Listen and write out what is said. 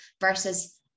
versus